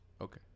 Okay